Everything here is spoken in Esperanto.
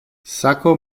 sako